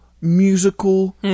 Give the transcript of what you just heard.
musical